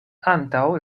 antaŭ